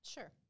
Sure